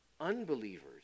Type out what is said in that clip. unbelievers